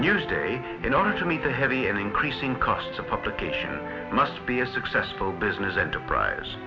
use day in order to meet the heavy and increasing costs of publication must be a successful business enterprise